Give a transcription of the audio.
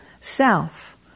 self